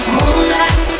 Moonlight